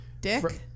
Dick